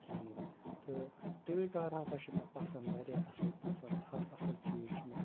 کِہیٖنۍ تہٕ ٹٕوِٹَر ہسا چھُ مےٚ پَسَنٛد واریاہ اَصٕل پَسَنٛد ہَر اَصٕل چیٖز چھُ مےٚ